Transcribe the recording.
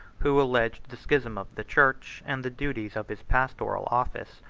who alleged the schism of the church, and the duties of his pastoral office,